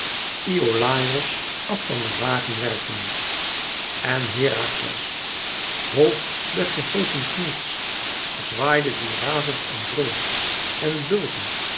iolàos àf van den wagen werpende en herakles hoog den gehevenen knots zwaaide dien razend en brullend en bulkend